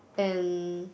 and